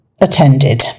attended